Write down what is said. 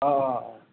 অঁ অঁ